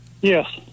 Yes